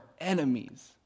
enemies